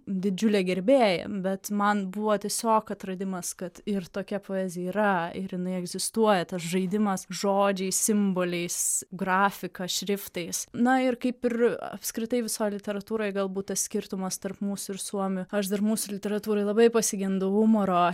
didžiulė gerbėja bet man buvo tiesiog atradimas kad ir tokia poezija yra ir jinai egzistuoja tas žaidimas žodžiais simboliais grafika šriftais na ir kaip ir apskritai visoj literatūroj galbūt tas skirtumas tarp mūsų ir suomių aš dar mūsų literatūroj labai pasigendu humoro